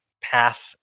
path